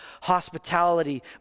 hospitality